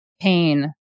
pain